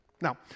Now